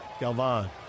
Galvan